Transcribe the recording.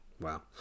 Wow